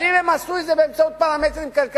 אבל אם הם עשו את זה באמצעות פרמטרים כלכליים,